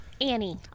Annie